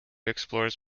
explores